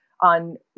on